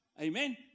Amen